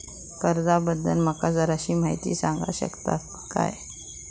कर्जा बद्दल माका जराशी माहिती सांगा शकता काय?